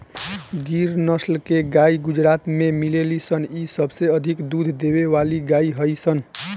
गिर नसल के गाई गुजरात में मिलेली सन इ सबसे अधिक दूध देवे वाला गाई हई सन